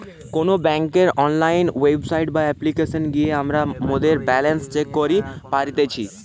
কোনো বেংকের online website বা অপ্লিকেশনে গিয়ে আমরা মোদের ব্যালান্স চেক করি পারতেছি